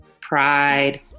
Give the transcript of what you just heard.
pride